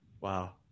Wow